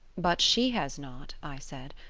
but she has not i said.